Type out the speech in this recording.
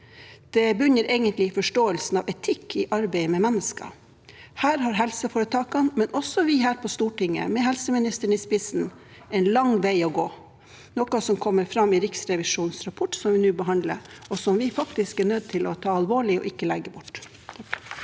Det bunner egentlig i forståelsen av etikk i arbeidet med mennesker. Her har helseforetakene, men også vi her på Stortinget – med helseministeren i spissen – en lang vei å gå, noe som kommer fram i Riksrevisjonens rapport som vi nå behandler, og som vi faktisk er nødt til å ta på alvor og ikke legge bort.